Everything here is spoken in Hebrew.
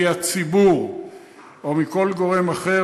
מהציבור או מכל גורם אחר,